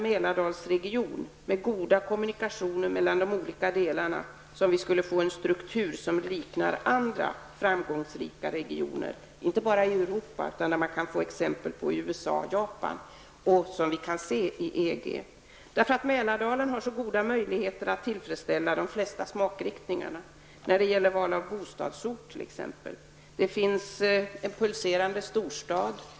Mälardalsregion med goda kommunikationer mellan de olika delarna skulle vi kunna få en struktur som skulle likna andra framgångsrika regioner, inte bara i Europa utan även i USA och Japan. Mälardalen har goda möjligheter att tillfredsställa de flesta smakriktningar t.ex. när det gäller val av bostadsort. Det finns en pulserande storstad.